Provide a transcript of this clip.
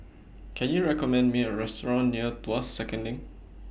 Can YOU recommend Me A Restaurant near Tuas Second LINK